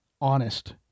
honest